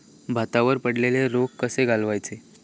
भातावर पडलेलो रोग कसो घालवायचो?